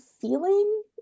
feeling